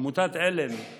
עמותת עלם היא